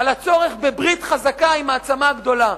על הצורך בברית חזקה עם מעצמה גדולה.